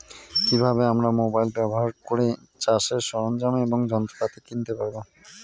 কি ভাবে আমরা মোবাইল ব্যাবহার করে চাষের সরঞ্জাম এবং যন্ত্রপাতি কিনতে পারবো?